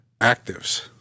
actives